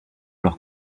leur